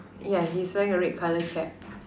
yeah he's wearing a red colour cap